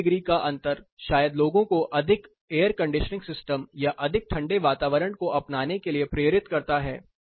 ये 2 डिग्री का अंतर शायद लोगों को अधिक एयर कंडीशनिंग सिस्टम या अधिक ठंडे वातावरण को अपनाने के लिए प्रेरित करता है